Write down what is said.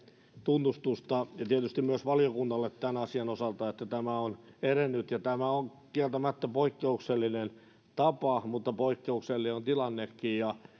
tunnustusta hallitukselle ja tietysti myös valiokunnalle tämän asian osalta siitä että tämä on edennyt tämä on kieltämättä poikkeuksellinen tapa mutta poikkeuksellinen on tilannekin